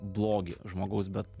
blogį žmogaus bet